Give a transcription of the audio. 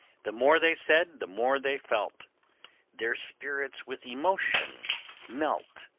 the more they said, the more they felt their spirits with emotion melt,